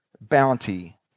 bounty